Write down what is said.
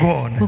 God